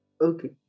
Okay